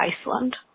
iceland